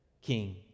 king